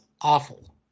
awful